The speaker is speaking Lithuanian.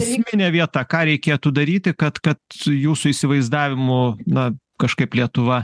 esminė vieta ką reikėtų daryti kad kad jūsų įsivaizdavimu na kažkaip lietuva